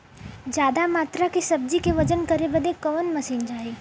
ज्यादा मात्रा के सब्जी के वजन करे बदे कवन मशीन चाही?